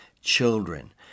children